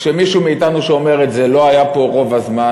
כשמישהו מאתנו שאומר את זה לא היה פה רוב הזמן,